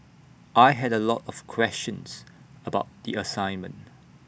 I had A lot of questions about the assignment